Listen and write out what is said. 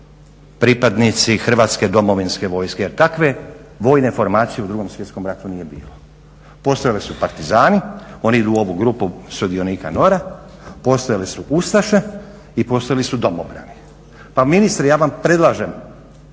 pripadnici Hrvatske domovinske vojske jer takve vojne formacije u 2.svjetskom ratu nije bilo. Postojali su partizani, oni idu u ovu grupu sudionika NOR-a, postojale su ustaše i postojali su domobrani. Pa ministre ja vam predlažem,